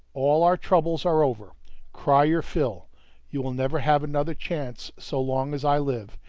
all our troubles are over cry your fill you will never have another chance so long as i live,